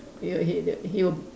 it will hit it he will